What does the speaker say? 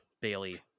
Bailey